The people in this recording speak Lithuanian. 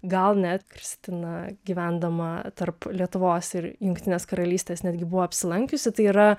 gal net kristina gyvendama tarp lietuvos ir jungtinės karalystės netgi buvo apsilankiusi tai yra